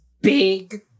big